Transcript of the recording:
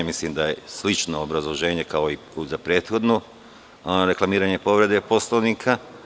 Mislim da je slično obrazloženje kao i za prethodno reklamiranje povrede Poslovnika.